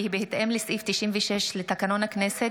כי בהתאם לסעיף 96 לתקנון הכנסת,